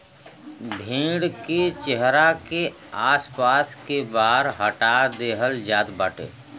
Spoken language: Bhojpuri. भेड़ के चेहरा के आस पास के बार हटा देहल जात बाटे